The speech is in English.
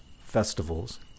festivals